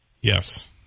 Yes